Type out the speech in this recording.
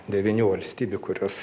devynių valstybių kurios